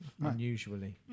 unusually